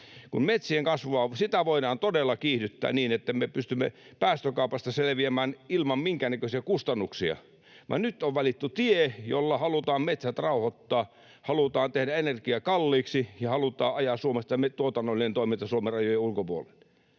Metsien kasvua voidaan todella kiihdyttää niin, että me pystymme päästökaupasta selviämään ilman minkäännäköisiä kustannuksia, mutta nyt on valittu tie, jolla halutaan metsät rauhoittaa, halutaan tehdä energia kalliiksi ja halutaan ajaa Suomesta tuotannollinen toiminta Suomen rajojen ulkopuolelle.